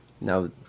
Now